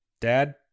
Dad